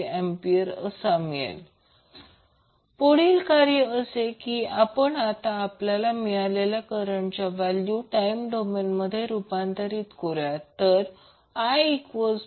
4°A मिळेल पुढील कार्य असे की आपण आता आपल्याला मिळालेल्या करंटच्या व्हॅल्यू टाईम डोमेन मध्ये रूपांतर करू या तर i13